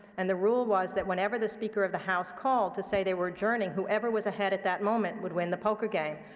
and the rule was that whenever the speaker of the house called to say they were adjourning, whoever was ahead at that moment would win the poker game.